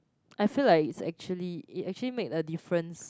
I feel like it's actually it actually make a difference